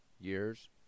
years